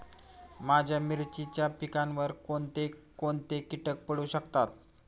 माझ्या मिरचीच्या पिकावर कोण कोणते कीटक पडू शकतात?